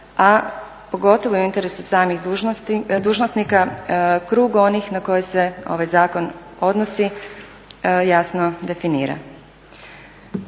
a pogotovo u interesu samih dužnosnika krug onih na koje se ovaj zakon odnosi jasno definira.